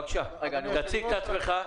בבקשה, תציג את עצמך.